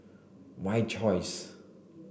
my Choice